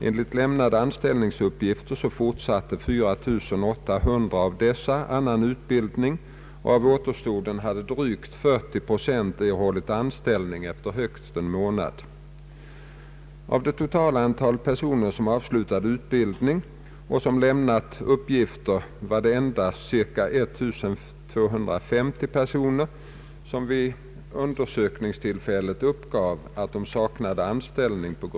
Enligt lämnade anställningsuppgifter fortsatte 4800 av dessa annan utbildning, och av återstoden hade drygt 40 procent erhållit anställning efter högst en månad. Av det totala antalet personer som avslutade utbildning och som lämnat uppgifter var det endast ca 1250 per